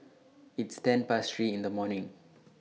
its ten Past three in The morning